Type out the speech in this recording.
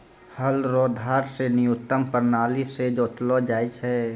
हल रो धार से न्यूतम प्राणाली से जोतलो जाय छै